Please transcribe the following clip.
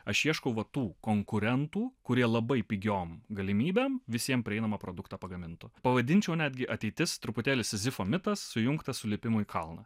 aš ieškau va tų konkurentų kurie labai pigiom galimybėm visiem prieinamą produktą pagamintų pavadinčiau netgi ateitis truputėlį sizifo mitas sujungtas su lipimu į kalną